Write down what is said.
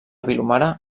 vilomara